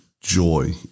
joy